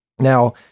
Now